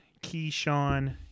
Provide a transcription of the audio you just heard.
Keyshawn